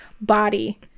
body